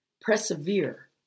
persevere